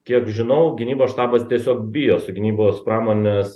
kiek žinau gynybos štabas tiesiog bijo su gynybos pramonės